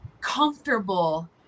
comfortable